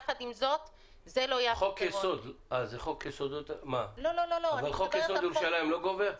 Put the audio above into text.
יחד עם זאת זה לא יהיה הפתרון --- אבל חוק יסוד ירושלים לא גובר?